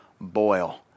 boil